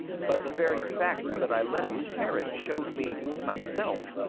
but the very fact that i let him tear it showed me, myself,